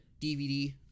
DVD